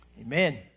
Amen